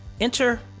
Enter